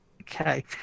Okay